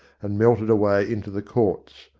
and melted away into the courts,